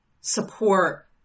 support